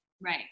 Right